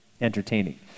entertaining